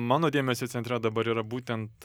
mano dėmesio centre dabar yra būtent